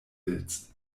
willst